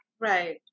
Right